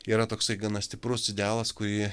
yra toksai gana stiprus idealas kurį